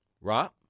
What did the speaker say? Rob